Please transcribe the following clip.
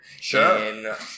Sure